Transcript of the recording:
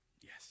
Yes